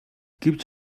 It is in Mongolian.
гэвч